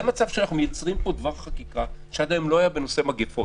זה מצב שאנחנו מייצרים פה דבר חקיקה שעד היום לא היה בנושא מגפות,